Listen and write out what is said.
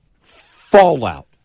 fallout